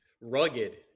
Rugged